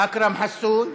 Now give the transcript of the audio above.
אכרם חסון,